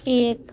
एक